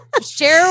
Share